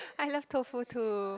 I love tofu too